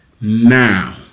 now